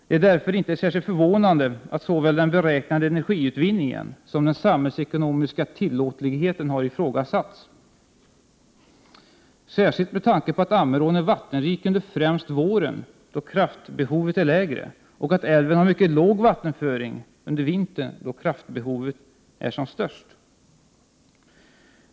Det är därför inte särskilt förvånande att såväl den beräknade energiutvinningen som den samhällsekonomiska tillåtligheten har ifrågasatts, särskilt med tanke på att Ammerån är vattenrik främst under våren då kraftbehovet är mindre och att älven har en mycket låg vattenföring under vintern då kraftbehovet är som störst.